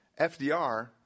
FDR